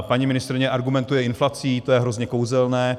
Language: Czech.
Paní ministryně argumentuje inflací, to je hrozně kouzelné.